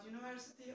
University